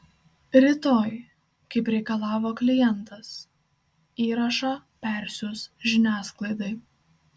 rytoj kaip reikalavo klientas įrašą persiųs žiniasklaidai